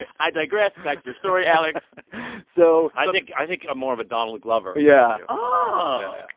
and i digress. back to your story, alex so. i think i think more of a donald glover yeah but